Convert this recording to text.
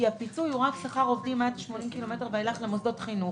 כי הפיצוי הוא רק שכר עובדים עד 80 קילומטר ואילך למוסדות חינוך,